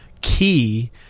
key